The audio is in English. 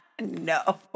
no